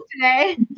today